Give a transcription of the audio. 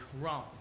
wrong